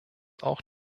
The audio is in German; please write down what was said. auch